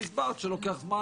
והסברת שלוקח זמן,